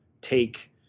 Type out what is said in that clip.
take